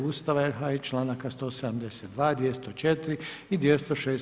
Ustava RH i članaka 172., 204. i 206.